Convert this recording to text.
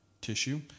tissue